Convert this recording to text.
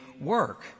work